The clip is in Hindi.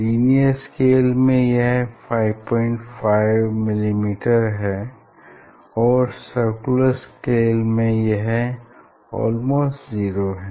लिनियर स्केल में यह 55 मिलीमीटर है और सर्कुलर स्केल में यह ऑलमोस्ट जीरो है